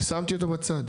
שמתי אותו בצד.